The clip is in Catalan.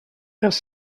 els